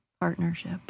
partnership